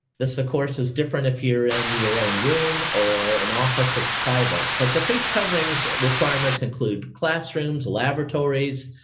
this of course is different if you're in your own room or an office that's private. but the face coverings requirement include classrooms, laboratories.